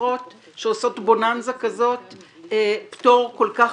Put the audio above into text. לחברות שעושות בוננזה כזאת פטור כל כך